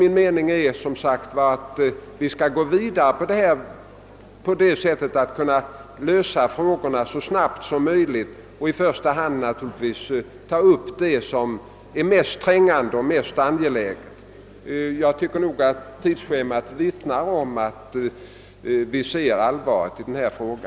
Min mening är som sagt att vi skall gå vidare med att lösa frågorna så snabbt som möjligt och därvid naturligtvis i första hand ta upp dem som är mest trängande och angelägna. Jag tycker att det redovisade tidsschemat vittnar om att vi ser allvarligt på denna fråga.